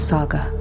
Saga